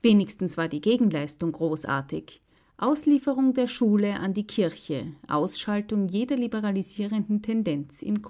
wenigstens war die gegenleistung großartig auslieferung der schule an die kirche ausschaltung jeder liberalisierenden tendenz im